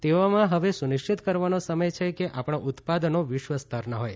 તેવામાં હવે સુનિશ્ચિત કરવાનો સમય છે કે આપણાં ઉત્પાદનો વિશ્વસ્તરના હોય